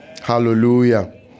Hallelujah